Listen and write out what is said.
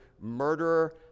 murderer